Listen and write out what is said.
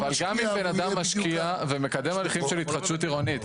אבל גם אם בן אדם משקיע ומקדם הליכים של התחדשות עירונית,